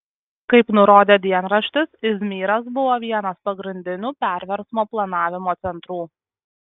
kaip nurodė dienraštis izmyras buvo vienas pagrindinių perversmo planavimo centrų